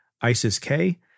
ISIS-K